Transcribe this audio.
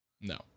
No